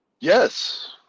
yes